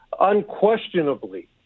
unquestionably